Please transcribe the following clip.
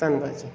ਧੰਨਵਾਦ ਜੀ